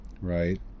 Right